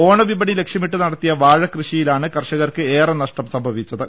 ഓണവിപണി ലക്ഷ്യമിട്ട് നടത്തിയ വാഴകൃഷിയിലാണ് കർഷകർക്ക് ഏറെ നഷ്ടം സംഭവിച്ചത്